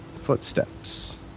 Footsteps